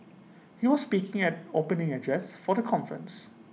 he was speaking at opening address for the conference